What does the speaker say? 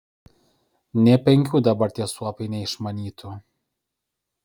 nė penkių dabar tie suopiai neišmanytų